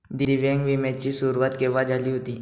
दिव्यांग विम्या ची सुरुवात केव्हा झाली होती?